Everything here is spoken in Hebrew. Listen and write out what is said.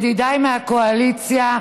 ידידיי מהקואליציה,